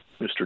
Mr